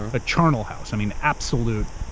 a charnel house, i mean, absolute,